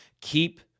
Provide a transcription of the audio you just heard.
keep